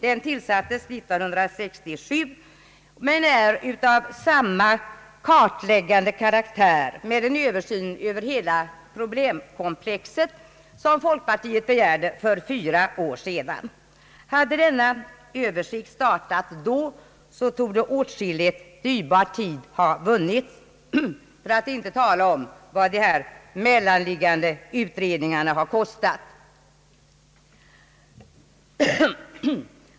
Den tillsattes 1967 men är av samma kartläggande karaktär — med en översyn över hela problemkomplexet — som folkpartiet begärde för fyra år sedan. Hade denna översikt startat då, torde åtskillig dyrbar tid ha kunnat vinnas, för att inte tala om vad de mellanliggande utredningarna kostat.